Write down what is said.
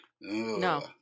no